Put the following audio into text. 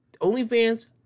OnlyFans